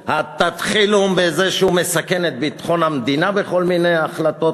תתחילו בזה שמאשימים אותו שהוא מסכן את ביטחון המדינה בכל מיני החלטות,